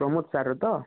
ପ୍ରମୋଦ ସାର୍ର ତ